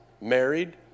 married